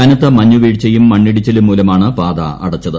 കനത്ത മഞ്ഞുവീഴ്ചയും മണ്ണിടിച്ചിലും മൂലമാണ് പാത അടച്ചത്